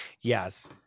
Yes